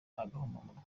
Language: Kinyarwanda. agahomamunwa